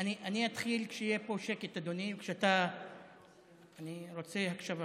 אני אתחיל כשיהיה פה שקט, אדוני, אני רוצה הקשבה